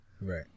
Right